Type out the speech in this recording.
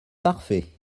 parfait